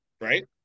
Right